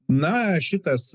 na šitas